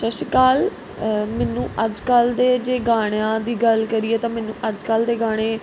ਸਤਿ ਸ਼੍ਰੀ ਅਕਾਲ ਮੈਨੂੰ ਅੱਜ ਕੱਲ੍ਹ ਦੇ ਜੇ ਗਾਣਿਆਂ ਦੀ ਗੱਲ ਕਰੀਏ ਤਾਂ ਮੈਨੂੰ ਅੱਜ ਕੱਲ੍ਹ ਦੇ ਗਾਣੇ